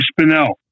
Spinell